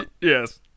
Yes